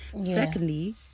Secondly